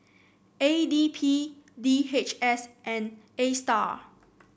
A D P D H S and Astar